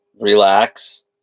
relax